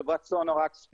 חברת סונארקס.